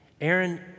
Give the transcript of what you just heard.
Aaron